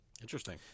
Interesting